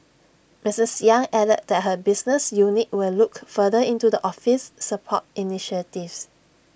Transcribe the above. Mrs yang added that her business unit will look further into the office's support initiatives